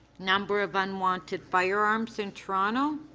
number of unwanted firearms in toronto.